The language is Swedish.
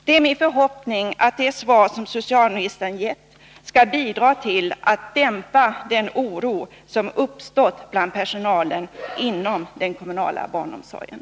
Det är min förhoppning att det svar som socialministern gett skall bidra till att dämpa den oro som uppstått bland personalen inom den kommunala barnomsorgen.